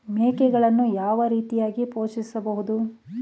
ಮೇಕೆಗಳನ್ನು ಯಾವ ರೀತಿಯಾಗಿ ಪೋಷಿಸಬಹುದು?